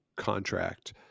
contract